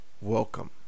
welcome